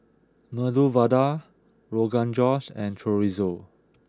Medu Vada Rogan Josh and Chorizo